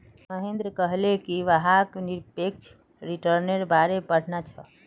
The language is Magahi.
महेंद्र कहले कि वहाक् निरपेक्ष रिटर्न्नेर बारे पढ़ना छ